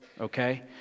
okay